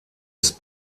ist